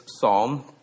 psalm